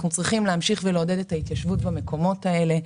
אנחנו צריכים להמשיך לעודד את ההתיישבות במקומות האלה,